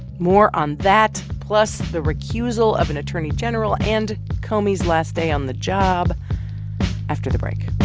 more on that, plus the recusal of an attorney general and comey's last day on the job after the break